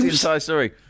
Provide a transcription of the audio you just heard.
Sorry